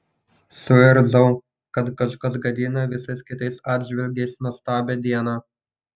suirzau kad kažkas gadina visais kitais atžvilgiais nuostabią dieną